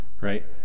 Right